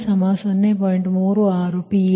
36PL 32